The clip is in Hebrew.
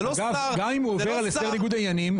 גם אם הוא עובר על הסדר ניגוד עניינים,